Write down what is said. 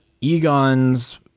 Egon's